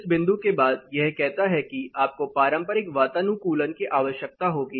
इस बिंदु के बाद यह कहता है कि आपको पारंपरिक वातानुकूलन की आवश्यकता होगी